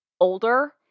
older